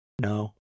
No